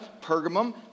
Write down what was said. Pergamum